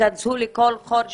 ייכנסו לכל חור שייפתח,